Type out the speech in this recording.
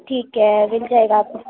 ٹھیک ہے مل جائے گا آپ کو